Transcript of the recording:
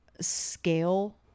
scale